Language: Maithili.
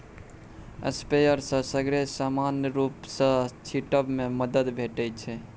स्प्रेयर सँ सगरे समान रुप सँ छीटब मे मदद भेटै छै